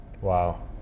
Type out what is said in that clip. Wow